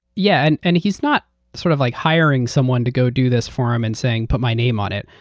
yeah and and he's not sort of like hiring someone to go do this for him and saying put my name on it.